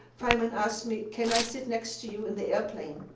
feynman asked me, can i sit next to you in the airplane?